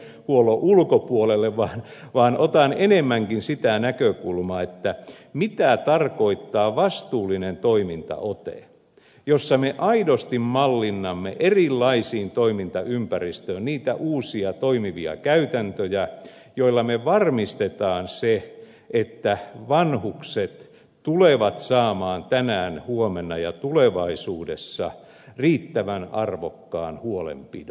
menee vähän terveydenhuollon ulkopuolelle mutta otan enemmänkin sitä näkökulmaa mitä tarkoittaa vastuullinen toimintaote jossa me aidosti mallinnamme erilaisiin toimintaympäristöihin niitä uusia toimivia käytäntöjä joilla me varmistamme sen että vanhukset tulevat saamaan tänään huomenna ja tulevaisuudessa riittävän arvokkaan huolenpidon